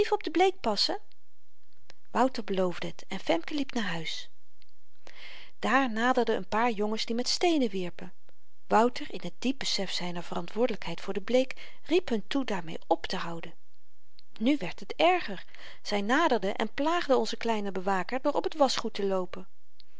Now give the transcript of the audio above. op de bleek passen wouter beloofde het en femke liep naar huis daar naderden een paar jongens die met steenen wierpen wouter in t diep besef zyner verantwoordelykheid voor de bleek riep hun toe daarmeê optehouden nu werd het erger zy naderden en plaagden onzen kleinen bewaker door op het waschgoed te loopen